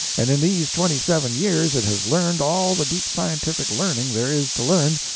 and in these twenty-seven years it has learned all the deep scientific learning there is to learn,